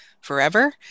forever